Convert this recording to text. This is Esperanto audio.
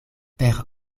per